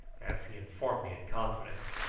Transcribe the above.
as he informed me in confidence,